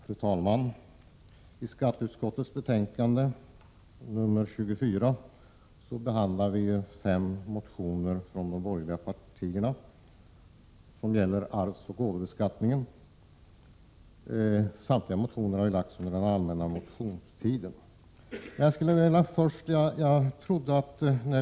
Fru talman! I skatteutskottets betänkande 24 behandlas fem motioner från de borgerliga partierna som gäller arvsoch gåvobeskattningen. Samtliga motioner har väckts under den allmänna motionstiden.